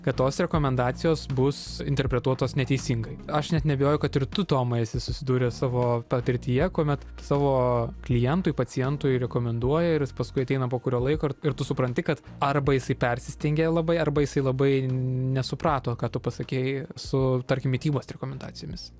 kad tos rekomendacijos bus interpretuotos neteisingai aš net neabejoju kad ir tu tomai esi susidūręs savo patirtyje kuomet savo klientui pacientui rekomenduoji ir jis paskui ateina po kurio laiko ir tu supranti kad arba jisai persistengė labai arba jisai labai nesuprato ką tu pasakei su tarkim mitybos rekomendacijomis